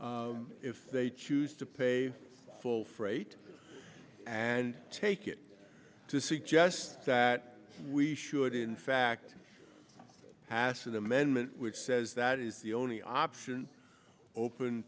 if they choose to pay full freight and take it to suggest that we should in fact pass an amendment which says that is the only option open